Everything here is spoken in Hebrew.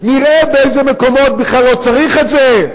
נראה באיזה מקומות בכלל לא צריך את זה,